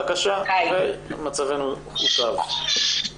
לכיתות, כשהילדים שלהם בגילאים האלה.